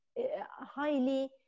highly